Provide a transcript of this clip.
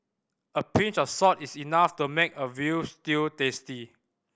a pinch of salt is enough to make a veal stew tasty